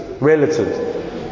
relatives